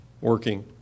working